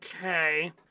Okay